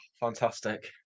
fantastic